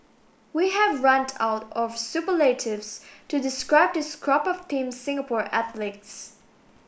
we have run out of superlatives to describe this crop of Team Singapore athletes